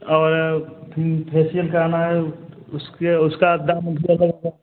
और फेसियल कराना है उसके उसका दाम जो है उसका